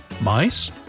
Mice